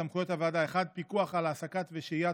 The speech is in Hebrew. סמכויות הוועדה: 1. פיקוח על העסקת ושהיית